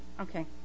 Okay